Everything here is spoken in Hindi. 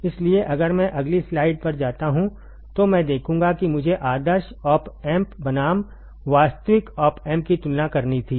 इसलिए अगर मैं अगली स्लाइड पर जाता हूं तो मैं देखूंगा कि मुझे आदर्श ऑप एम्प बनाम वास्तविक ऑप एम्प की तुलना करनी थी